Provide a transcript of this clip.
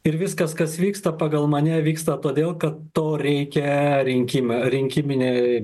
ir viskas kas vyksta pagal mane vyksta todėl kad to reikia rinkim rinkiminei